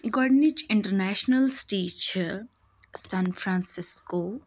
گۄڈٕنِچ international city چھِ San Francisco